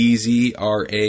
E-Z-R-A